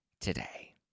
today